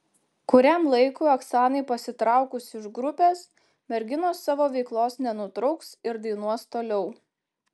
kuriam laikui oksanai pasitraukus iš grupės merginos savo veiklos nenutrauks ir dainuos toliau